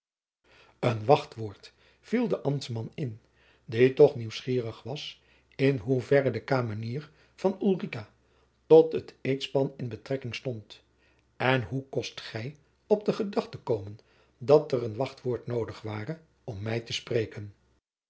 een wachtwoord viel de ambtman in die toch nieuwsgierig was in hoeverre de kamenier van ulrica tot het eedgespan in betrekking stond en hoe kost gij op de gedachte komen dat er jacob van lennep de pleegzoon een wachtwoord noodig ware om mij te spreken